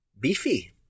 beefy